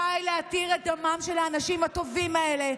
די להתיר את דמם של האנשים הטובים האלה.